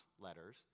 letters